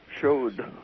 showed